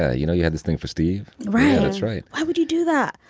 ah you know, you had this thing for steve ryan. that's right. why would you do that?